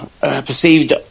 Perceived